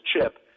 chip